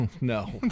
No